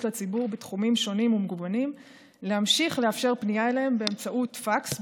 לציבור בתחומים שונים ומגוונים להמשיך לאפשר פנייה אליהם באמצעות פקס,